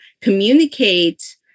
communicate